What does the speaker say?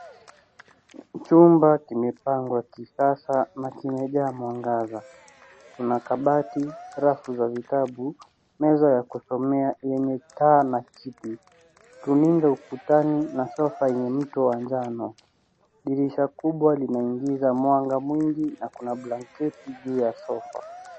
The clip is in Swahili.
Chumba kimepangwa kisasa na kimejaa mwangaza. Kuna kabati ,rafu za vitabu na meza ya kusomea yenye taa na kiti. Runinga ukutani na sofa yenye mto wa manjano. Dirisha kubwa linaingiza mwanga mwingi na kuna blanketi juu ya sofa.